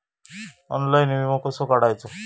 Online विमो कसो काढायचो?